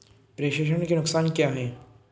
प्रेषण के नुकसान क्या हैं?